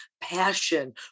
passion